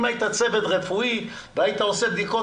אם היית צוות רפואי והיית עושה בדיקות,